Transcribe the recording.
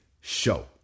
show